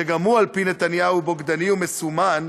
שגם הוא, על-פי נתניהו, בוגדני ומסומן: